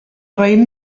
raïm